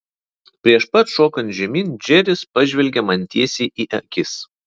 prieš pat šokant žemyn džeris pažvelgė man tiesiai į akis